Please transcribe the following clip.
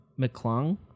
McClung